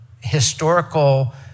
historical